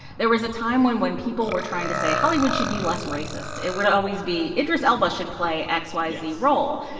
there was a time when when people were trying to say hollywood should be less racist. it would always be, idris elba should play x, y, z role. yeah